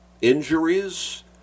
injuries